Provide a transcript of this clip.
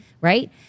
right